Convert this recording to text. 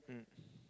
mm